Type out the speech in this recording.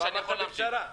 אני רק רוצה להסביר,